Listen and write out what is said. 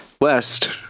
west